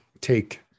take